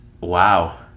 wow